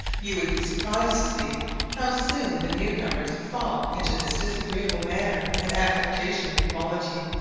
you would be surprised to see how soon the new comers fall into this disagreeable manner and affectation of equality,